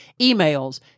emails